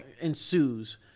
ensues